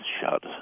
shut